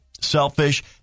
selfish